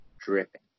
Dripping